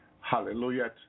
Hallelujah